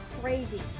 crazy